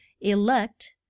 Elect